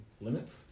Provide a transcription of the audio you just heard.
limits